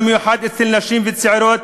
במיוחד אצל נשים וצעירות,